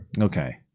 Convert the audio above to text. Okay